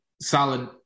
solid